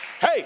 Hey